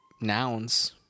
nouns